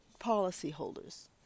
policyholders